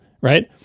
Right